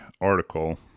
article